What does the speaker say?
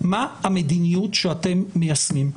מה המדיניות שאתם מיישמים?